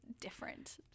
different